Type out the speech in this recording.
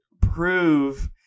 prove